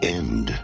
end